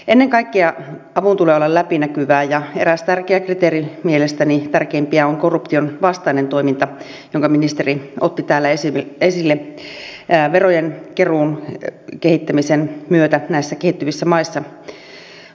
ennen kaikkea avun tulee olla läpinäkyvää ja eräs tärkeä kriteeri mielestäni tärkeimpiä on korruption vastainen toiminta jonka ministeri otti täällä esille verojen keruun kehittämisen myötä näissä kehittyvissä maissa